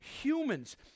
humans